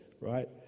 Right